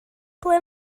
ble